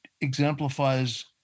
exemplifies